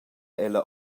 ella